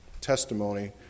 testimony